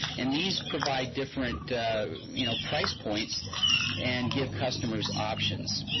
and these provide different you know price points and give customers options.